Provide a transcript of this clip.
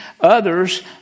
others